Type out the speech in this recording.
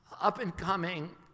up-and-coming